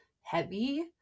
heavy